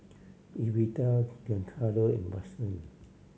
Evita Giancarlo and Watson